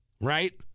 Right